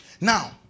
Now